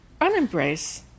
unembrace